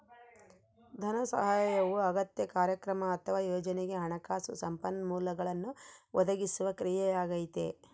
ಧನಸಹಾಯವು ಅಗತ್ಯ ಕಾರ್ಯಕ್ರಮ ಅಥವಾ ಯೋಜನೆಗೆ ಹಣಕಾಸು ಸಂಪನ್ಮೂಲಗಳನ್ನು ಒದಗಿಸುವ ಕ್ರಿಯೆಯಾಗೈತೆ